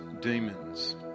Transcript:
demons